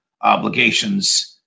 obligations